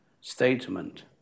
statement